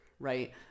Right